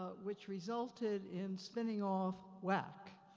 ah which resulted in spinning off wac.